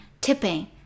tipping